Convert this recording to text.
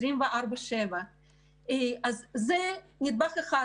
24/7. זה נדבך אחד.